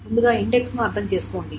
ముందుగా ఇండెక్స్ ను అర్థం చేసుకోండి